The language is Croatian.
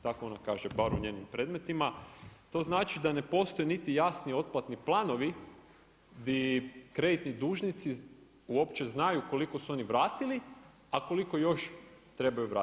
Tako ona kaže bar u njenim predmetima, to znači da ne postoji niti jasni otplatni planovi gdje kreditni dužnici uopće znaju koliko su oni vratili, a koliko još trebaju vratiti.